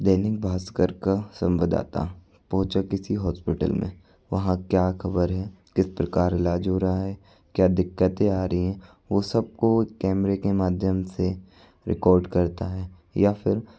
दैनिक भास्कर का संवदाता पहुँचा किसी हॉस्पिटल में वहाँ क्या खबर है किस प्रकार इलाज हो रहा है क्या दिक्कतें आ रही हैं वो सबको कैमरे के माध्यम से रिकॉर्ड करता है या फिर